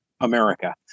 America